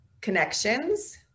connections